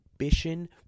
ambition